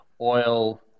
Oil